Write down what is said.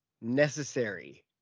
necessary